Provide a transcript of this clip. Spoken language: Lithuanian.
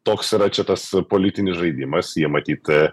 toks yra čia tas politinis žaidimas jie matyt